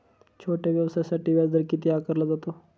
छोट्या व्यवसायासाठी व्याजदर किती आकारला जातो?